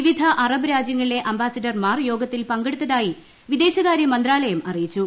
വിവിധ അറബ് രാജ്യങ്ങളിലെ അംബാസിഡർമാർ യോഗത്തിൽ പങ്കെടുത്തതായി വിദേശകാര്യമന്ത്രാലയം അറിയിച്ചു